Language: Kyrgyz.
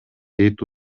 дейт